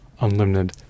unlimited